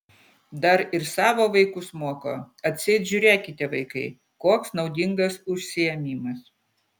dar ir savo vaikus moko atseit žiūrėkite vaikai koks naudingas užsiėmimas